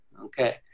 okay